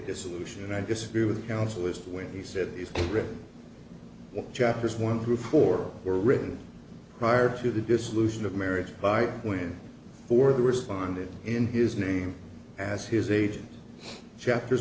dissolution and i disagree with the council list when he said he's written what chapters one through four were written prior to the dissolution of marriage by going for the responded in his name as his agent chapters